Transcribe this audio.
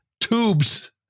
tubes